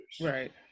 right